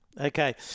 Okay